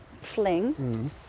fling